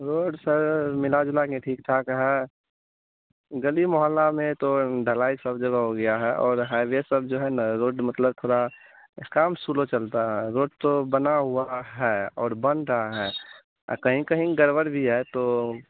road sir मिलाजुलाकर ठीक ठाक है गली मोहल्ला में तो ढलाई सब जगह हो गई है और हाईवे सब जो है ना रोड मतलब थोड़ा काम स्लो चलता है रोड तो बनी हुई है और बन रही है कहीं कहीं गड़बड़ भी है तो